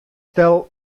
stel